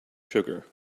sugar